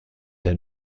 der